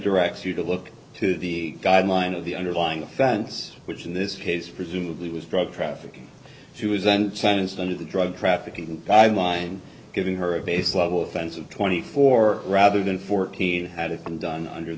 directs you to look to the guideline of the underlying offense which in this case presumably was drug trafficking she was sentenced under the drug trafficking guideline giving her a base level offense of twenty four rather than fourteen had it been done under